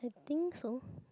think so